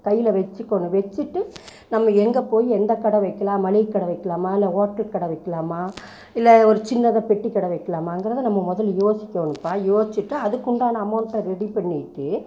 கையில் வெச்சுக்கோணும் வெச்சுட்டு நம்ம எங்கே போய் எந்த கட வைக்கலாம் மளிகை கடை வைக்கலாமா இல்லை ஹோட்டல் கடை வைக்கலாமா இல்லை ஒரு சின்னதா பெட்டி கடை வைக்கலாமாங்கிறத நம்ம முதல்ல யோசிக்கணும்ப்பா யோச்சுட்டு அதுக்குண்டான அமௌண்ட்டை ரெடி பண்ணிட்டு